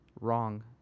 wrong